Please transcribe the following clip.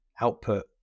output